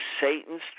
Satan's